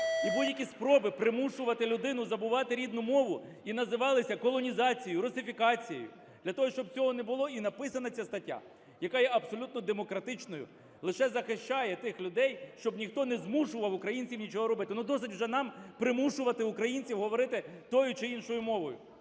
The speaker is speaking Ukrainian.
І будь-які спроби примушувати людину забувати рідну мову і називалися колонізацією, русифікацією. Для того, щоб цього не було, і написана ця стаття, яка є абсолютно демократичною, лише захищає тих людей, щоб ніхто не змушував українців нічого робити. Досить уже нам примушувати українців говорити тою чи іншою мовою!